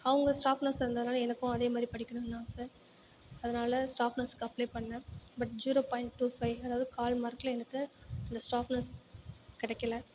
அவங்க ஸ்டாஃப் நர்ஸாக இருந்தனால் எனக்கும் அதே மாதிரி படிக்கணுன்னு ஆசை அதனால் ஸ்டாஃப் நர்சுக்கு அப்ளை பண்ணேன் but zero point two five அதாவது கால் மார்க்கில் எனக்கு இந்த ஸ்டாஃப் நர்ஸ் கிடைக்கல